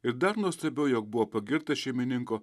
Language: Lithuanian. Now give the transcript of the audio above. ir dar nuostabiau jog buvo pagirtas šeimininko